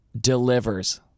delivers